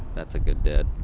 that's a good dad.